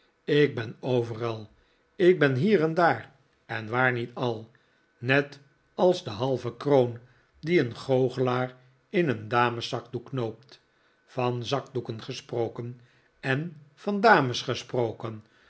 ik ben overal ik ben hier en daar en waar niet al net als de halve kroon die een goochelaar in een dameszakdoek knoopt van zakdoeken gesproken en van dames gesproken